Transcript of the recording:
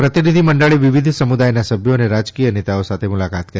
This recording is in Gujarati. પ્રતિનિધિમંડળે વિવિધ સમુદાયના સભ્યો અને રાજકીય નેતાઓ સાથે મુલાકાત કરી